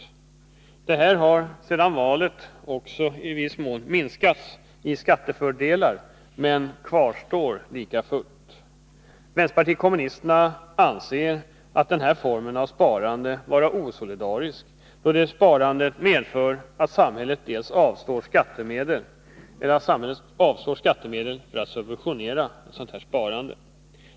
Skattefördelarna inom detta system har sedan valet också minskats, men kvarstår likafullt. Vänsterpartiet kommunisterna anser denna form av sparande vara osolidarisk, då den innebär att samhället avstår skattemedel för att subventionera sådant här sparande.